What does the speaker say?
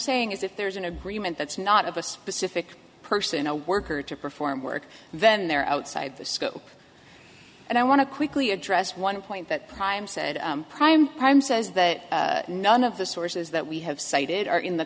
saying is if there's an agreement that's not of a specific person a worker to perform work then they're outside the scope and i want to quickly address one point that prime said prime time says that none of the sources that we have cited are in the